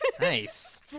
Nice